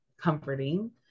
comforting